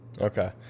Okay